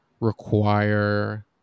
require